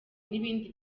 n’ibindi